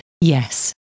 yes